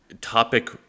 topic